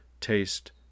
taste